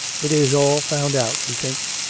it is all found out, we think.